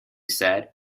said